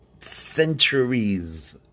centuries